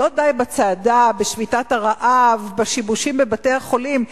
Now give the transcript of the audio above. לא די בצעדה, בשביתת הרעב, בשיבושים בבתי-החולים?